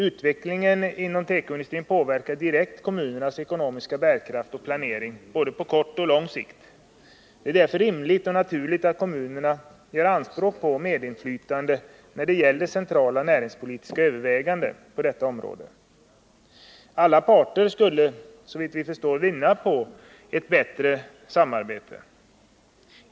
Utvecklingen inom tekoindustrin påverkar direkt kommunernas ekonomiska bärkraft och planering på både kort och lång sikt. Det är därför rimligt och naturligt att kommunerna gör anspråk på merinflytande när det gäller centrala näringspolitiska överväganden på detta område. Alla parter skulle, såvitt vi förstår, vinna på ett bättre samarbete.